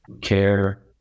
care